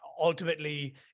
ultimately